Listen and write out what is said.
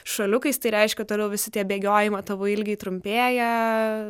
šuoliukais tai reiškia toliau visi tie bėgiojimo tavo ilgiai trumpėja